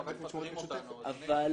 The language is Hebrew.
מה